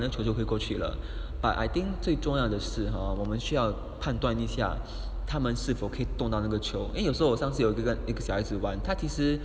then 球就会过去了 but I think 最重要的是 hor 我们需要判断一下他们是否可以动那个球因为有时候我上次有一个小孩子玩他其实